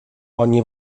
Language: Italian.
ogni